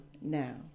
now